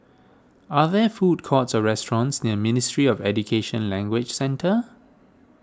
are there food courts or restaurants near Ministry of Education Language Centre